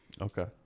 Okay